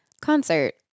concert